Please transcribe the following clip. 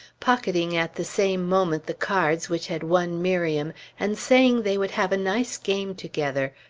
pocketing at the same moment the cards which had won miriam and saying they would have a nice game together,